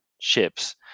ships